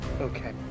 okay